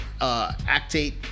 Actate